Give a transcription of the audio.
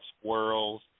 squirrels